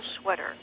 sweater